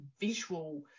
visual